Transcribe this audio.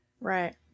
Right